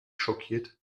schockiert